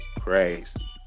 crazy